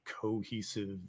Cohesive